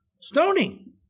Stoning